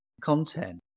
content